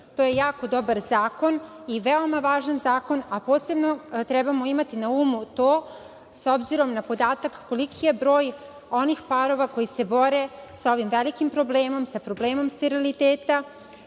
to je jako dobar zakon i veoma važan zakon, a posebno trebamo imati na umu to, s obzirom na podatak koliki je broj onih parova koji se bore sa ovim velikim problemom, sa problemom steriliteta